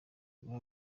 guha